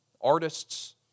Artists